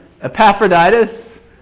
Epaphroditus